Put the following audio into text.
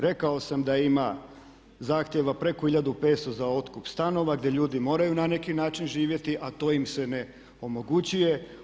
Rekao sam da ima zahtjeva preko hiljadu petsto za otkup stanova gdje ljudi moraju na neki način živjeti, a to im se ne omogućuje.